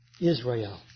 Israel